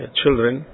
children